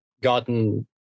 gotten